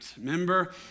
Remember